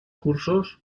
cursos